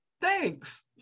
thanks